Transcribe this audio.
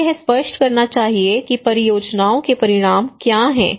हमें यह स्पष्ट करना चाहिए कि परियोजनाओं के परिणाम क्या हैं